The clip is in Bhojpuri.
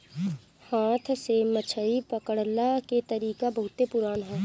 हाथ से मछरी पकड़ला के तरीका बहुते पुरान ह